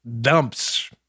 dumps